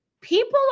people